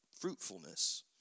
fruitfulness